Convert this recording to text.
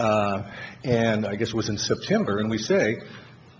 trial and i guess it was in september and we say